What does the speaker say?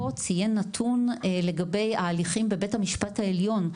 ציין נתון לגבי הליכים בבית המשפט העליון,